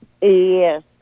Yes